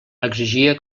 exigia